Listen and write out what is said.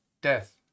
death